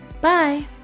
Bye